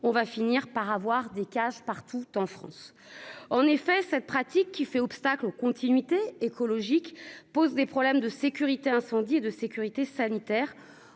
on va finir par avoir des caches partout en France. En effet, cette pratique qui fait obstacle aux continuités écologiques pose des problèmes de sécurité incendie et de sécurité sanitaire